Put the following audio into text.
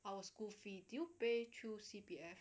our school fee do you pay through C_P_F